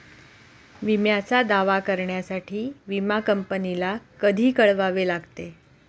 विम्याचा दावा करण्यासाठी विमा कंपनीला कधी कळवावे लागते?